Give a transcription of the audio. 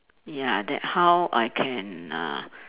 ya that how I can uh